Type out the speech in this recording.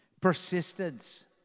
Persistence